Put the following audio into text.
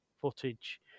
footage